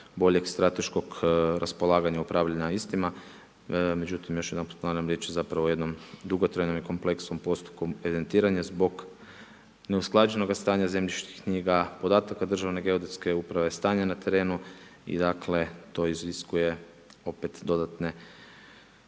boljeg strateškog raspolaganja, upravljanja istima, međutim još jedanput ponavljam riječ je zapravo o jednom dugotrajnom i kompleksnom postupku evidentiranja zbog neusklađenoga stanja zemljišnih knjiga, podataka državne geodetske uprave, stanja na terenu i dakle to iziskuje opet dodatne